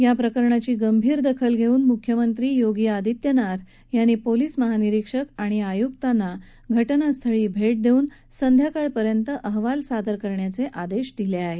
या प्रकरणाची गंभीर दखल घेऊन मुख्यमंत्री योगी आदित्यनाथ यांनी पोलीस महानिरीक्षक आणि आयुक्त यांना घटनास्थळी भेट देऊन संध्याकाळपर्यंत अहवाल सादर करण्याचे आदेश दिले आहेत